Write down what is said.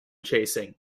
chasing